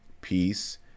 peace